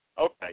okay